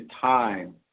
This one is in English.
time